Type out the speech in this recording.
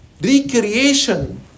recreation